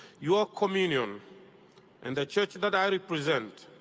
your communion and the church that i represent,